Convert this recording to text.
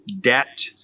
debt